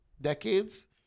decades